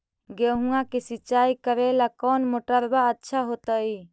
गेहुआ के सिंचाई करेला कौन मोटरबा अच्छा होतई?